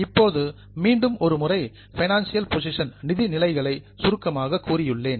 இப்போது மீண்டும் ஒரு முறை பினான்சியல் போசிஷன் நிதி நிலைகளை சுருக்கமாக கூறியுள்ளேன்